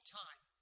time